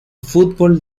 fútbol